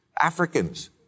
Africans